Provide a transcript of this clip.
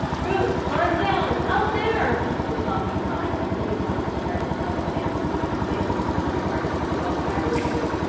ruth gone down out there! was all he caught, as many voices tried to tell the tale and waiting for no more, he threw off hat and coat,